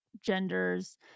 genders